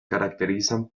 caracterizan